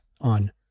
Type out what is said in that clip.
on